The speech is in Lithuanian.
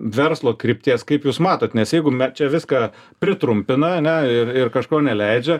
verslo krypties kaip jūs matot nes jeigu čia viską pritrumpina ane ir ir kažko neleidžia